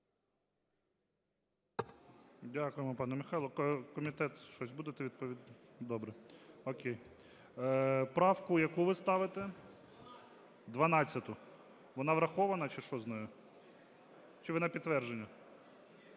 Дякуємо, пане Михайло. Комітет, щось будете відповідати? Добре, о'кей. Правку яку ви ставите? 12-у. Вона врахована? Чи що з нею? Чи ви на підтвердження? На